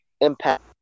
Impact